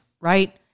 right